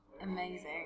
Amazing